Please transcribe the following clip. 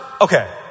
Okay